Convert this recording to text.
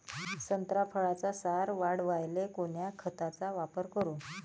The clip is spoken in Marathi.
संत्रा फळाचा सार वाढवायले कोन्या खताचा वापर करू?